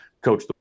coach